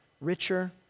richer